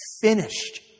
finished